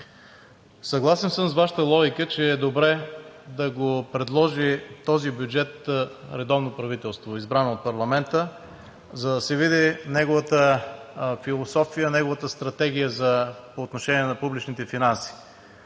Съгласен съм с Вашата логика, че този бюджет е добре да го предложи редовно правителство, избрано от парламента, за да се види неговата философия, неговата стратегия по отношение на публичните финанси.